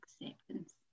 Acceptance